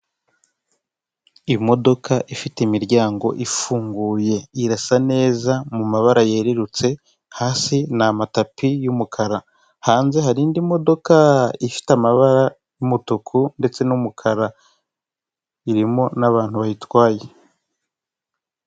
Imodoka ifite imiryango ifunguye irasa neza mu mabara yerurutse, hasi ni amatapi y'umukara hanze hari indi modoka ifite amabara y'umutuku ndetse n'umukara irimo n'abantu bayitwaye.